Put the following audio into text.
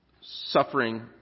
suffering